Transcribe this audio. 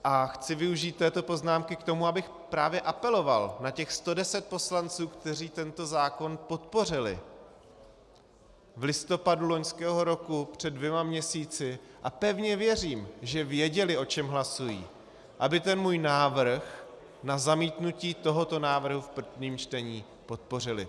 A chci využít této poznámky k tomu, abych právě apeloval na těch 110 poslanců, kteří tento zákon podpořili v listopadu loňského roku, před dvěma měsíci a pevně věřím, že věděli, o čem hlasují , aby ten můj návrh na zamítnutí tohoto návrhu v prvním čtení podpořili.